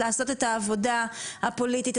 לעשות את העבודה הפוליטית,